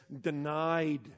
denied